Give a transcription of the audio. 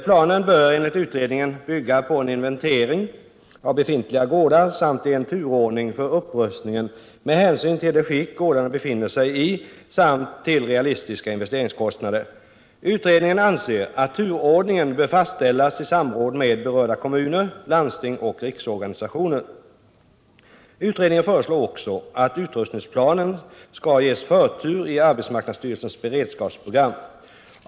Planen bör enligt utredningen bygga på en inventering av befintliga gårdar samt en turordning för upprustningen med hänsyn till det skick gårdarna befinner sig i samt till realistiska investeringskostnader. Utredningen anser att turordningen bör fastställas i samråd med berörda kommuner, landsting och riksorganisationer. Utredningen föreslår också att upprustningsplanen skall ges förtur i arbetsmarknadsstyrelsens beredskapsprogram.